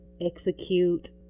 execute